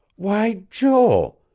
why, joel!